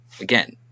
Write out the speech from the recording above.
Again